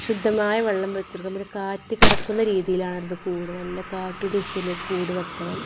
ശുദ്ധമായ വെള്ളം വെച്ചോടുക്കുക പിന്നെ കാറ്റ് കടക്കുന്ന രീതീലാണല്ലോ കൂട് നല്ല കാറ്റ് ദിശയിൽ കൂട് വെക്കണം